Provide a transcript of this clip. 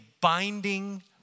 binding